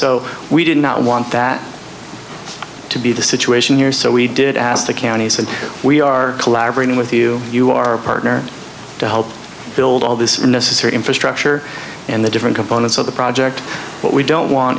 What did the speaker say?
so we did not want that to be the situation here so we did ask the county said we are collaborating with you you are a partner to help build all this necessary infrastructure and the different components of the project what we don't want